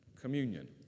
communion